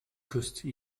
küsste